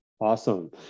Awesome